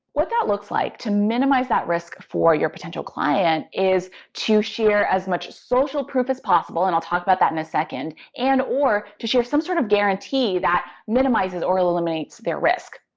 what that looks like, to minimize that risk for your potential client, is to share as much social proof as possible, and i'll talk about that in a second, and or to share some sort of guarantee that minimizes or eliminates their risk.